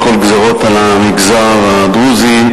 אין כל גזירות על המגזר הדרוזי,